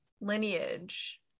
lineage